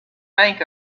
bank